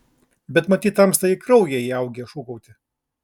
bet matyt tamstai į kraują įaugę šūkauti